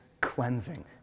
cleansing